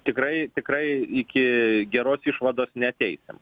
tikrai tikrai iki geros išvados neateisim